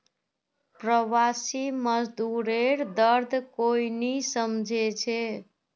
प्रवासी मजदूरेर दर्द कोई नी समझे छे